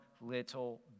little